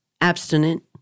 abstinent